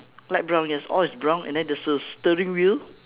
light brown yes all is brown and then there's a steering wheel